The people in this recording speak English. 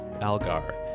Algar